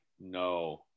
no